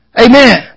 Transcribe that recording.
Amen